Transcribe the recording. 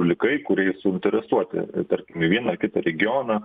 likai kurie suinteresuoti tarkim į vieną ar kitą regioną